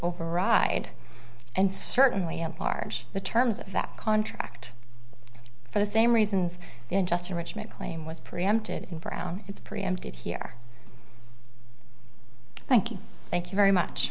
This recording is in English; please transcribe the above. override and certainly am part of the terms of that contract for the same reasons just in richmond claim was preempted in brown it's preempted here thank you thank you very much